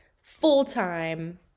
full-time